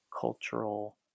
cultural